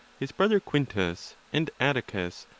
his brother quintus, and atticus,